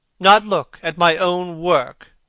not look at my own work!